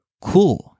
cool